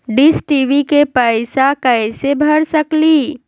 Dish TV के पैईसा कईसे भर सकली?